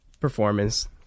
performance